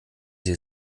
sie